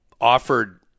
offered